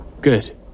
Good